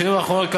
בשנים האחרונות,